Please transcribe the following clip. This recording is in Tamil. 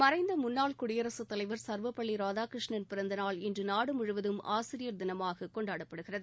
மறைந்த முன்னாள் குடியரசுத்தலைவர் சர்வபள்ளி ராதாகிருஷ்ணன் பிறந்த நாள் இன்று நாடு முழுவதும் ஆசிரியர் தினமாக கொண்டாடப்படுகிறது